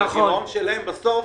והגירעון שלהם בסוף